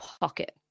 pocket